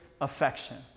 affection